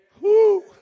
Woo